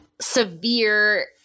severe